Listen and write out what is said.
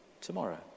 tomorrow